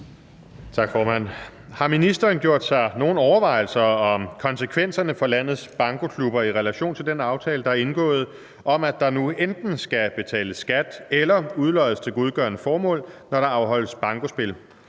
Har ministeren gjort sig nogen overvejelser om konsekvenserne for landets bankoklubber i relation til den aftale, der er indgået, om, at der nu enten skal betales skat eller udloddes til godgørende formål, når der afholdes bankospil,